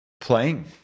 playing